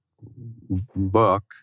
book